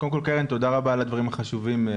רבה על הדברים החשובים.